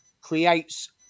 creates